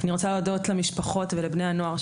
אני רוצה להודות למשפחות ולבני הנוער,